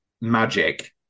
Magic